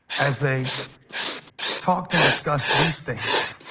as they talked and discussed these things